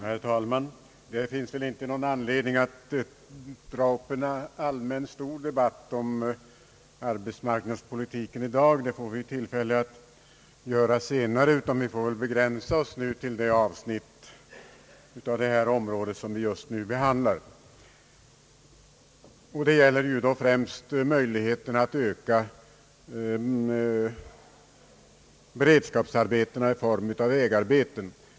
Herr talman! Det finns väl ingen anledning att i dag dra upp en stor allmän debatt om = arbetsmarknadspolitiken. Det får vi tillfälle till senare. Vi bör begränsa oss till det avsnitt av detta område som vi just nu behandlar. Det gäller då främst möjligheten att öka beredskapsarbetena i form av vägarbeten.